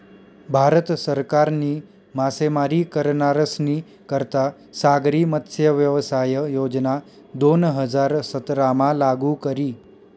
भारत सरकारनी मासेमारी करनारस्नी करता सागरी मत्स्यव्यवसाय योजना दोन हजार सतरामा लागू करी